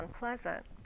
unpleasant